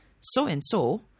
so-and-so